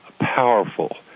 powerful